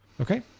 Okay